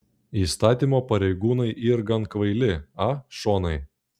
įstatymo pareigūnai yr gan kvaili a šonai